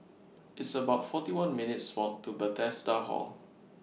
It's about forty one minutes' Walk to Bethesda Hall